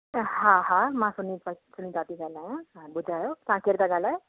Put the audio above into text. हा हा मां सुनिता सुनिता थी ॻाल्हायां हा ॿुधायो तव्हां केर था ॻाल्हायो